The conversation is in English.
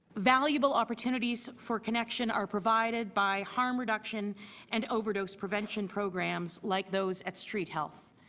valuable opportunities for connection are provided by farm reduction and overdose prevention programs like those at street health.